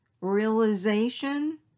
realization